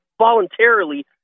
voluntarily